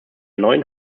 neuen